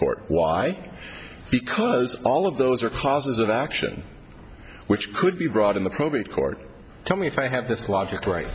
court why because all of those are causes of action which could be brought in the probate court tell me if i have this logic right